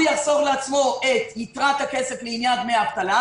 יחסוך לעצמו את יתרת הכסף לעניין דמי האבטלה.